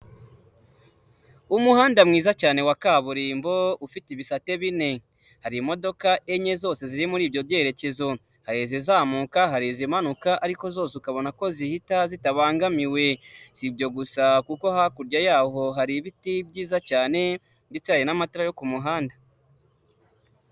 Umuhanda mwiza cyane wa kaburimbo ufite ibisate bine, hari imodoka enye zose ziri muri ibyo byerekezo hari izizamuka hari izimanuka ariko zose ukabona ko zihita zitabangamiwe, ibyo gusa kuko hakurya yaho hari ibiti byiza cyane icyayi n'amatara yo ku muhanda.